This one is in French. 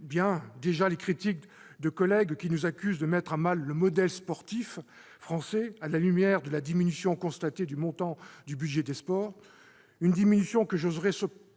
bien, déjà, les critiques de nos collègues qui nous accusent de mettre à mal le modèle sportif français à la lumière de cette diminution constatée du montant du budget des sports. Cette diminution, cependant, j'oserai